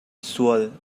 sual